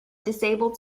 disabled